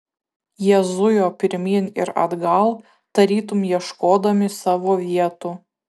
jie zujo pirmyn ir atgal tarytum ieškodami savo vietų